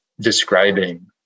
describing